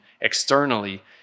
externally